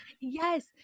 yes